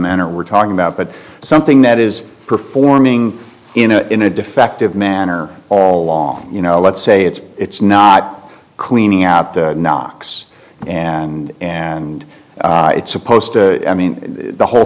manner we're talking about but something that is performing in a in a defective manner all along you know let's say it's it's not cleaning out the nox and and it's supposed to i mean the whole